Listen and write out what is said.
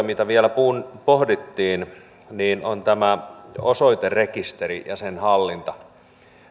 mitä vielä pohdittiin on osoiterekisteri ja sen hallinta